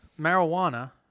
marijuana